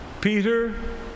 Peter